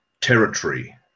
territory